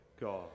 God